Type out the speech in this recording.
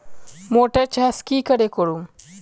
Motor चास की करे करूम?